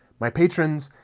my patrons,